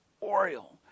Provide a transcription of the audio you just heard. Oriole